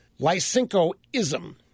Lysenkoism